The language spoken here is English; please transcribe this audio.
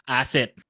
Asset